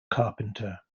carpenter